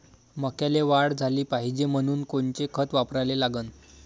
मक्याले वाढ झाली पाहिजे म्हनून कोनचे खतं वापराले लागन?